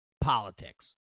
politics